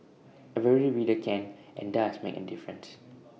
every reader can and does make A difference